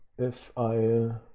if i